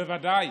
ובוודאי